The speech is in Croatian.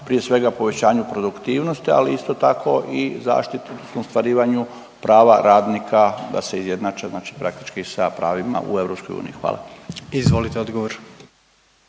prije svega povećanju produktivnosti, ali isto tako zaštiti odnosno ostvarivanju prava radnika da se izjednače znači praktički sa pravima u EU. Hvala. **Jandroković,